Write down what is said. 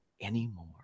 anymore